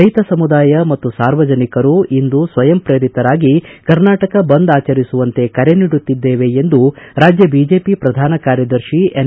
ರೈತ ಸಮುದಾಯ ಮತ್ತು ಸಾರ್ವಜನಿಕರು ಇಂದು ಸ್ವಯಂಪ್ರೇರಿತರಾಗಿ ಕರ್ನಾಟಕ ಬಂದ್ ಆಚರಿಸುವಂತೆ ಕರೆ ನೀಡುತ್ತಿದ್ದೇವೆ ಎಂದು ರಾಜ್ಯ ಬಿಜೆಪಿ ಪ್ರಧಾನ ಕಾರ್ಯದರ್ಶಿ ಎನ್